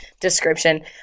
description